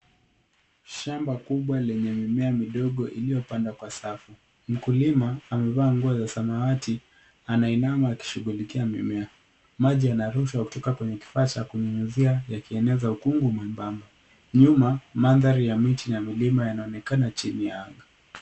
Shamba kubwa yenye mimea midogo iliyopandwa kwa safu. Mkulima amevaa nguo za samawati anainama akishughulika mimea. Maji yanarushwa kutoka kwenye kifaa cha kunyunyuzia yakieneza ukungu mwembamba. Nyuma, mandhari ya miti na milima inaonekana chini ya anga.